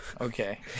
Okay